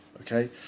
okay